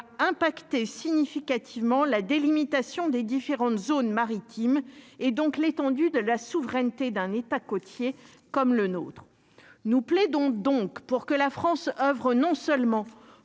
impacter significativement la délimitation des différentes zones maritimes et donc l'étendue de la souveraineté d'un État côtier comme le nôtre, nous plaidons donc pour que la France oeuvre non seulement